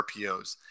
RPOs